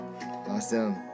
Awesome